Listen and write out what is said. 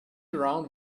around